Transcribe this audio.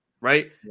Right